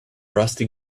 rusty